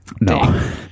no